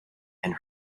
and